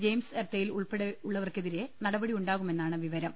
James എർത്തയിൽ ഉൾപ്പെടെയുള്ളവർക്കെതിരെ നട പടിയുണ്ടാകുമെന്നാണ് പിവരം